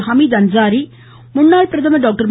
ஹமீத் அன்சாரி முன்னாள் பிரதமர் டாக்டர்